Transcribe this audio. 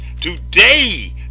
Today